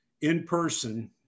in-person